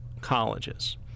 colleges